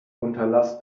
unterlass